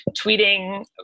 tweeting